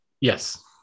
Yes